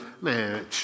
man